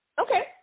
okay